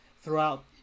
throughout